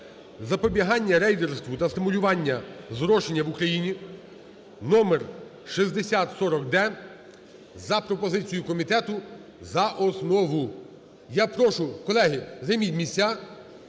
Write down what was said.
запобігання рейдерству та стимулювання зрошення в Україні (№ 6049-д) за пропозицією комітету за основу. Я прошу, колеги, займіть місця